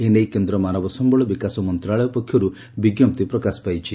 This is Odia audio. ଏ ନେଇ କେନ୍ଦ୍ ମାନବସମ୍ୟଳ ବିକାଶ ମନ୍ତଣାଳୟ ପକ୍ଷରୁ ବିଙ୍କପ୍ତି ପ୍ରକାଶ ପାଇଛି